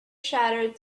chattered